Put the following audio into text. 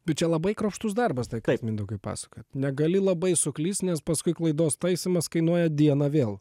bet čia labai kruopštus darbas tą ką jūs mindaugai pasakojat negali labai suklysti nes paskui klaidos taisymas kainuoja dieną vėl